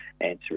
answer